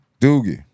Doogie